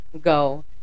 go